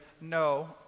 no